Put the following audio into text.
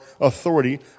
authority